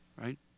right